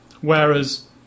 whereas